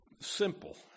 Simple